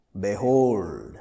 Behold